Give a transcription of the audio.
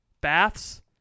Baths